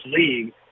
league